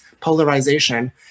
polarization